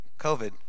COVID